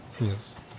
Yes